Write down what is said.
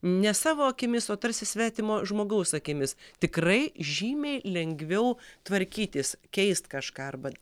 ne savo akimis o tarsi svetimo žmogaus akimis tikrai žymiai lengviau tvarkytis keist kažką arba